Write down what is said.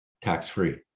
Tax-free